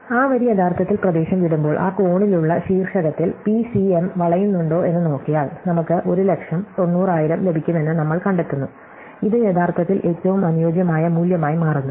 ആ വരി യഥാർത്ഥത്തിൽ പ്രദേശം വിടുമ്പോൾ ആ കോണിലുള്ള ശീർഷകത്തിൽ പിസിഎം വളയുന്നുണ്ടോ എന്ന് നോക്കിയാൽ നമുക്ക് 1 ലക്ഷം 90000 ലഭിക്കുമെന്ന് നമ്മൾ കണ്ടെത്തുന്നു ഇത് യഥാർത്ഥത്തിൽ ഏറ്റവും അനുയോജ്യമായ മൂല്യമായി മാറുന്നു